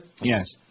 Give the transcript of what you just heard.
Yes